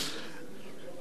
אדוני היושב-ראש,